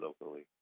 locally